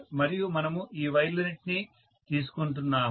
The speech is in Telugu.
మరియు మనము ఈ వైర్లన్నింటినీ తీసుకుంటున్నాము